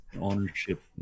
ownership